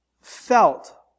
felt